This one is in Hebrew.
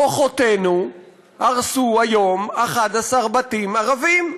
כוחותינו הרסו היום 11 בתים של ערבים.